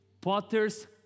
potter's